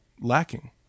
lacking